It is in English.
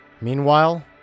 Meanwhile